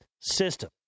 system